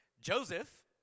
Joseph